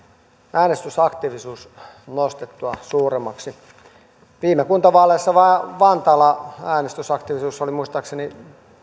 äänestysaktiivisuuden nostettua suuremmaksi viime kuntavaaleissa vantaalla äänestysaktiivisuus oli muistaakseni